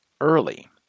early